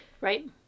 Right